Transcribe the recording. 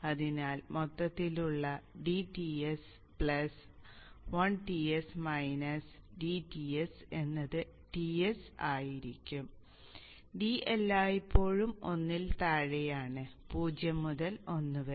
അതിനാൽ മൊത്തത്തിലുള്ള dTs 1Ts dTs എന്നത് Ts ആയിരിക്കും d എല്ലായ്പ്പോഴും 1 ൽ താഴെയാണ് 0 മുതൽ 1 വരെ